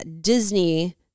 Disney